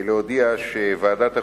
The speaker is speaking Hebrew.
להודיע שוועדת החוקה,